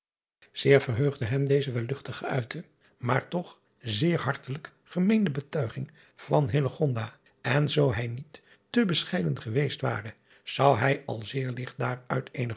eer verheugde hem deze wel luchtig geuite maar toch zeer hartelijk gemeende betuiging van en zoo hij niet te bescheiden geweest driaan oosjes zn et leven van illegonda uisman ware zou hij al zeer ligt daaruit